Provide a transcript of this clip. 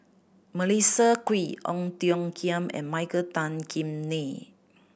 Melissa Kwee Ong Tiong Khiam and Michael Tan Kim Nei